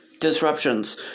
disruptions